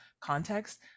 context